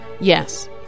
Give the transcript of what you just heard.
Yes